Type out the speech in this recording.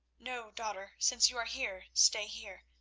no, daughter. since you are here, stay here.